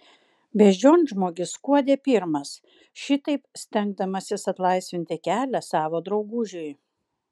beždžionžmogis skuodė pirmas šitaip stengdamasis atlaisvinti kelią savo draugužiui